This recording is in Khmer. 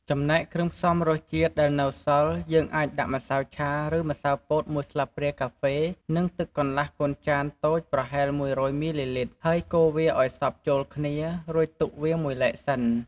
ចំណែកគ្រឿងផ្សំរសជាតិដែលនៅសល់ យើងអាចដាក់ម្សៅឆាឬម្សៅពោត១ស្លាបព្រាកាហ្វេ និងទឹកកន្លះកូនចានតូចប្រហែល១០០មីលីលីត្រ ហើយកូរវាឲ្យសព្វចូលគ្នា រួចទុកវាមួយឡែកសិន។